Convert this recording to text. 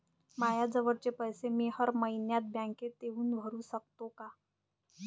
मायाजवळचे पैसे मी हर मइन्यात बँकेत येऊन भरू सकतो का?